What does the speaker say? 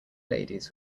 ladies